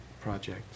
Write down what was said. project